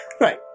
Right